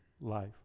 life